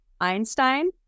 Einstein